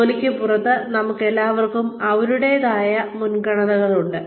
ജോലിക്ക് പുറത്ത് നമുക്കെല്ലാവർക്കും അവരുടേതായ മുൻഗണനകളുണ്ട്